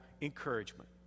encouragement